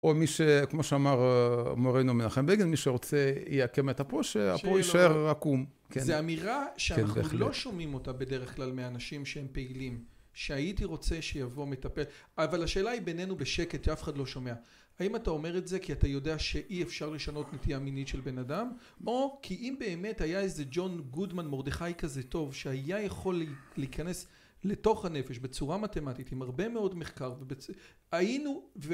- או מי ש.., כמו שאמר מורנו מנחם בגין, מי שרוצה יעקם את אפו, שאפו יישאר עקום. - זה אמירה.. - כן, כן בהחלט -..שאנחנו לא שומעים אותה בדרך כלל מאנשים שהם פעילים. שהייתי רוצה שיבוא מטפל, אבל השאלה היא בינינו בשקט שאף אחד לא שומע. האם אתה אומר את זה כי אתה יודע שאי אפשר לשנות נטייה מינית של בן אדם, או כי אם באמת היה איזה ג'ון גודמן מרדכי כזה טוב, שהיה יכול ל..להיכנס לתוך הנפש בצורה מתמטית עם הרבה מאוד מחקר, היינו...